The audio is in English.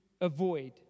avoid